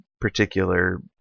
particular